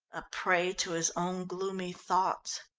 a prey to his own gloomy thoughts.